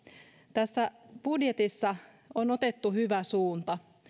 tässä budjetissa on otettu hyvä suunta